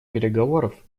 переговоров